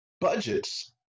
budgets